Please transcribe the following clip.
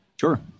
Sure